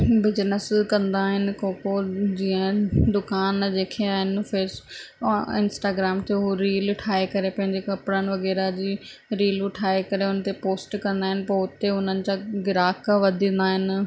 business कंदा आहिनि को को जीअं दुकान जंहिं खे आहिनि फ़ेस इंस्टाग्राम ते हू रील ठाहे करे पंहिंजे कपिड़नि वग़ैरह जी रीलू ठाहे करे हुन ते पोस्ट कंदा आहिनि पोइ हुते उन्हनि जा गिराक वधंदा आहिनि